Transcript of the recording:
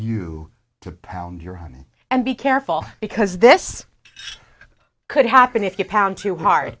you to pound your honey and be careful because this could happen if you pound too hard